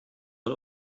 und